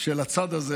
של הצד הזה,